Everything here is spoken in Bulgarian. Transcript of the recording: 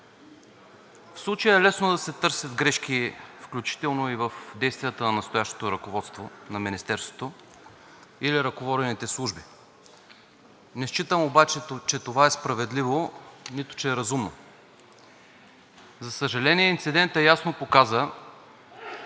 В случая е лесно да се търсят грешки, включително и в действията на настоящото ръководство на Министерството или ръководените служби. Не считам обаче, че това е справедливо, нито, че е разумно. За съжаление, инцидентът ясно показа,